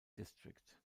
district